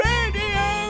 Radio